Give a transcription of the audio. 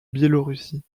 biélorussie